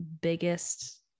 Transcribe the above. biggest